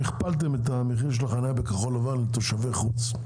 הכפלת את המחיר של החנייה לתושבי חוץ,